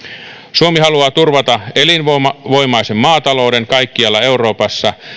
suomi haluaa turvata elinvoimaisen maatalouden kaikkialla euroopassa